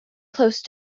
close